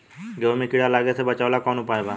गेहूँ मे कीड़ा लागे से बचावेला कौन उपाय बा?